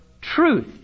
truth